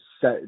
set